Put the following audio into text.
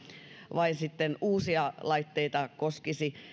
vain uusia laitteita